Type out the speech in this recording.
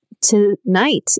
tonight